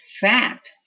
fact